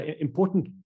important